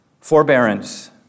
Forbearance